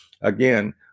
Again